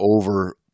over